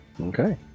Okay